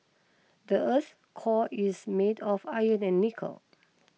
the earth's core is made of iron and nickel